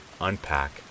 unpack